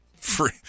Free